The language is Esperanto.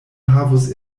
havus